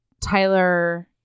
Tyler